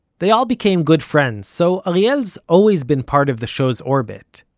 they all became good friends. so ariel's always been part of the show's orbit.